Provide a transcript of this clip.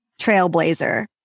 trailblazer